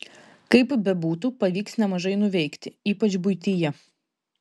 kaip bebūtų pavyks nemažai nuveikti ypač buityje